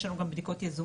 יש לנו גם בדיקות יזומות.